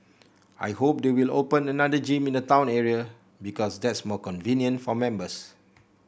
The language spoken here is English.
I hope they will open another gym in the town area because that's more convenient for members